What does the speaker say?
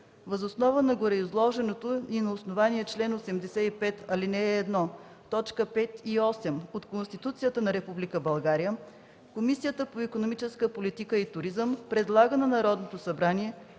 Въз основа на гореизложеното и на основание чл. 85, ал. 1, т. 5 и 8 от Конституцията на Република България, Комисията по икономическата политика и туризъм предлага на Народното събрание